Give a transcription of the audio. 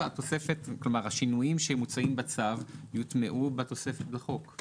השינויים שמוצעים בצו יוטמעו בתוספת בחוק,